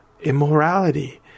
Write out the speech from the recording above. immorality